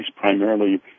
primarily